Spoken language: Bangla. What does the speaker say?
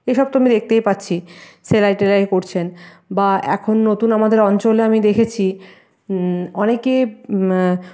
এসব তো আমি দেখতেই পাচ্ছি সেলাই টেলাই করছেন বা এখন নতুন আমাদের অঞ্চলে আমি দেখেছি অনেকে